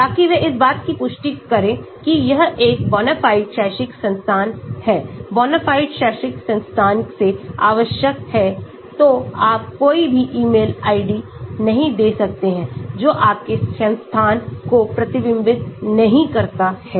ताकि वे इस बात की पुष्टि करेंकी यह एक बोनाफाइड शैक्षिक संस्थान है बोनाफाइड शैक्षिक संस्थान से आवश्यक है तो आप कोई भी ईमेल आईडी नहीं दे सकते हैं जो आपके संस्थान को प्रतिबिंबित नहीं करता है